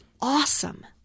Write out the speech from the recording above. awesome